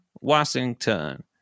Washington